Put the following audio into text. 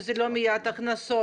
שזה לא רק הקנסות.